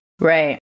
Right